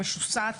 המשוסעת,